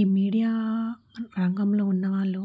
ఈ మీడియా రంగంలో ఉన్నవాళ్ళు